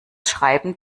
schreiben